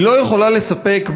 היא לא יכולה לספק,